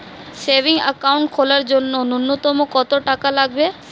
Savings account খোলার জন্য নূন্যতম কত টাকা লাগবে?